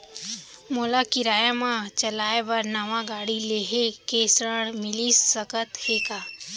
मोला किराया मा चलाए बर नवा गाड़ी लेहे के ऋण मिलिस सकत हे का?